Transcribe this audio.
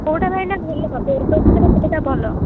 କେଉଁଟା ଭାଇନା ଭଲ ବେଡ଼୍ ବକ୍ସରେ କେଉଁଟା ଭଲ